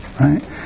Right